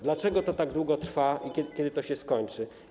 Dlaczego to tak długo trwa i kiedy to się skończy?